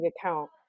account